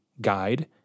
guide